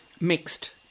mixed